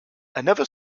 another